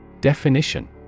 Definition